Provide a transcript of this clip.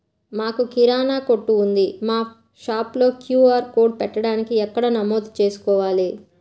మాకు కిరాణా కొట్టు ఉంది మా షాప్లో క్యూ.ఆర్ కోడ్ పెట్టడానికి ఎక్కడ నమోదు చేసుకోవాలీ?